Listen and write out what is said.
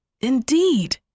Indeed